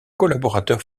collaborateur